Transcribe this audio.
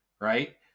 Right